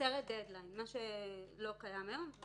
מייצרת דד-ליין, מה שלא קיים היום.